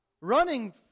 running